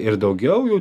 ir daugiau jau